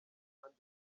ahandi